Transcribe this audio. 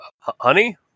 honey